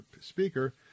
speaker